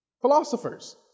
Philosophers